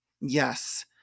Yes